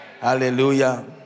Hallelujah